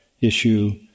issue